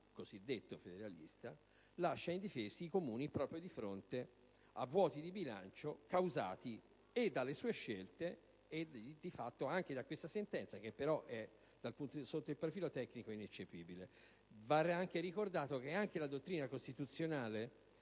cosiddetto federalista, invece, lascia indifesi i Comuni proprio di fronte a vuoti di bilancio causati sia dalle sue scelte, sia, di fatto, da questa sentenza (che però, sotto il profilo tecnico, è ineccepibile). Va ricordato che anche la dottrina costituzionale